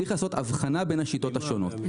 צריך לעשות אבחנה בין השיטות השונות.